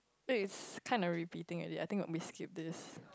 eh it's kind of repeating already I think what we skip this